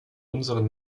unseren